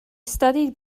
studied